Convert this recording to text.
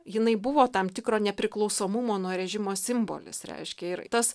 jinai buvo tam tikro nepriklausomumo nuo režimo simbolis reiškia ir tas